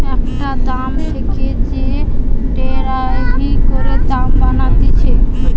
একটা দাম থেকে যে ডেরাইভ করে দাম বানাতিছে